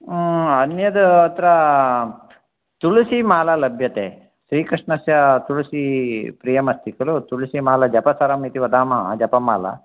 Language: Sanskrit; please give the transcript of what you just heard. अन्यद् अत्र तुलसीमाला लभ्यते श्रीकृष्णस्य तुलसी प्रियमस्ति खलु तुलसीमाला जपसरमिति वदामः जपमाला